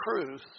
truth